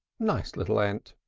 nice little ant!